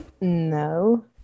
No